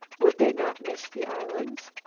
would they not miss the islands?